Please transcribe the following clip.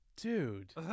dude